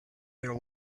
their